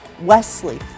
wesley